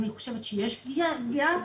אני חושבת שיש פגיעה,